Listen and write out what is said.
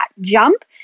jump